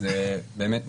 באמת,